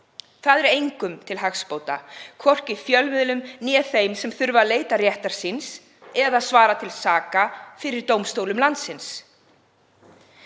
Það er engum til hagsbóta, hvorki fjölmiðlum né þeim sem þurfa að leita réttar síns eða svara til saka fyrir dómstólum landsins.